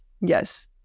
Yes